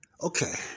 Okay